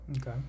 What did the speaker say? okay